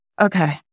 Okay